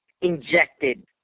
injected